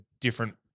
different